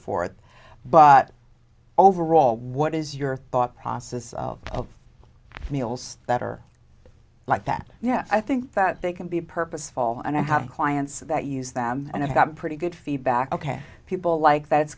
forth but overall what is your thought process of meals that are like that yeah i think that they can be purposeful and i have clients that use them and i got pretty good feedback ok people like that it's